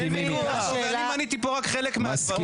אני מניתי פה רק חלק מהדברים.